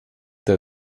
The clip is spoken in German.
der